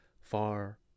far